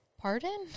pardon